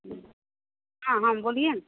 हाँ हाँ बोलिए